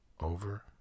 over